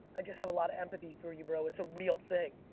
i just have a lot of empathy for you, bro. it's a real thing.